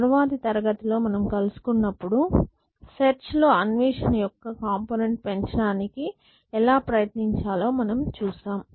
తర్వాతి తరగతి లో మనం కలుసుకున్నప్పుడు సెర్చ్ లో అన్వేషణ యొక్క కంపోనెంట్ పెంచడానికి ఎలా ప్రయత్నించాలో మనము చూస్తాము